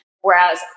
Whereas